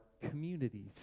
communities